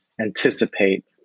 anticipate